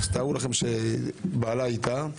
תארו לכם מה קורה כשבעלה איתה.